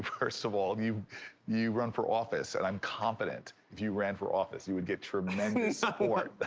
first of all, you you run for office, and i'm confident if you ran for office, you would get tremendous support.